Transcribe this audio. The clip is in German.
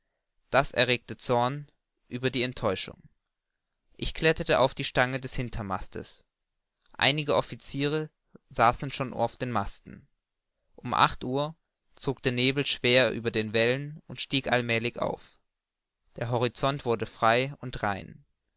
das erregte zorn über die enttäuschung ich kletterte auf die stangen des hintermastes einige officiere saßen schon oben auf den masten um acht uhr zog der nebel schwer über den wellen und stieg allmälig auf der horizont wurde frei und rein